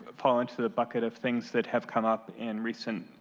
falling into the bucket of things that have come up in recent